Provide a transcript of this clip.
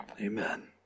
Amen